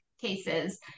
cases